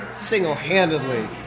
single-handedly